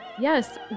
Yes